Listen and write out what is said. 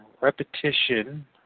repetition